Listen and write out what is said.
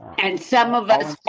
and some of us